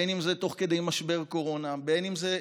בין שזה תוך כדי משבר קורונה ובין שזה,